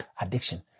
addiction